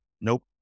Nope